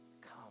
Come